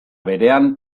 berean